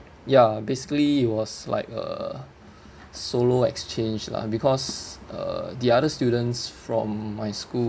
ya basically it was like a solo exchange lah because uh the other students from my school